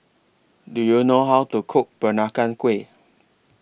Do YOU know How to Cook Peranakan Kueh